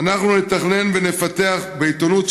"אנחנו נתכנן ונפתח" בעיתונות,